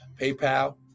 paypal